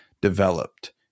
developed